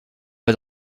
pas